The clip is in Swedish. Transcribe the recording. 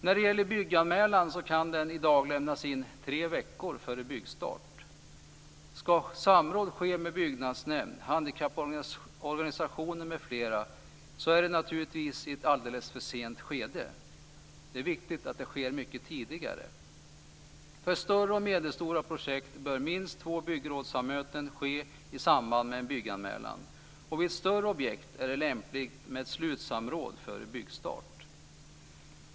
När det gäller bygganmälan kan den i dag lämnas in tre veckor före byggstart. Ska samråd ske med byggnadsnämnd, handikapporganisationer m.fl. är det naturligtvis i ett alldeles för sent skede. Det är viktigt att det sker mycket tidigare. För större och medelstora projekt bör minst två byggsamrådsmöten ske i samband med en bygganmälan, och vid större objekt är det lämpligt med ett slutsamråd före byggstart.